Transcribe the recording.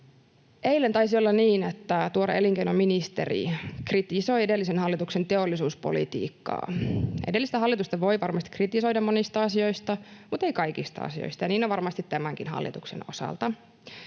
eilen taisi olla niin, että tuore elinkeinoministeri kritisoi edellisen hallituksen teollisuuspolitiikkaa. Edellistä hallitusta voi varmasti kritisoida monista asioista, muttei kaikista asioista, ja niin on varmasti tämänkin hallituksen osalta.